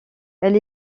elle